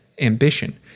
ambition